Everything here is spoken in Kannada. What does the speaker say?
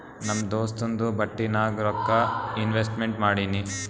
ನಮ್ ದೋಸ್ತುಂದು ಬಟ್ಟಿ ನಾಗ್ ರೊಕ್ಕಾ ಇನ್ವೆಸ್ಟ್ಮೆಂಟ್ ಮಾಡಿನಿ